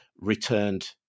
returned